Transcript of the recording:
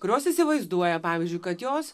kurios įsivaizduoja pavyzdžiui kad jos